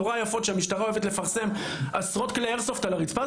יפות שהמשטרה אוהבת לפרסם עם עשרות כלי נשק על הריצפה,